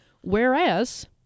Whereas